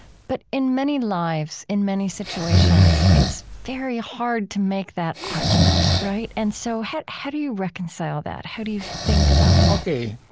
but in many lives, in many situations, it's very hard to make that argument. right? and so how how do you reconcile that? how do you think about that? ok.